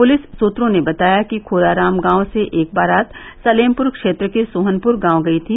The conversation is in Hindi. पुलिस सूत्रों ने बताया कि खोराराम गांव से एक बारात सलेमपुर क्षेत्र के सोहनपुर गांव गयी थी